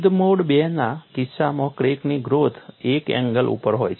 શુદ્ધ mode II ના કિસ્સામાં ક્રેકની ગ્રોથ એક એંગલ ઉપર હોય છે